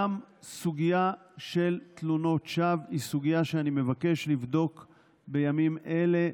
גם סוגיה של תלונות שווא היא סוגיה שאני מבקש בימים אלה